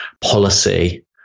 policy